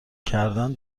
کردن